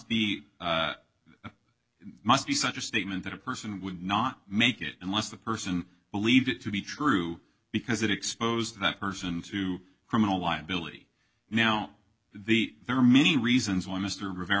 be must be such a statement that a person would not make it unless the person believed it to be true because it exposed that person to criminal liability now the there are many reasons why mr rivera